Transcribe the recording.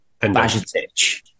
Bajatic